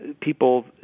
people